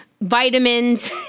vitamins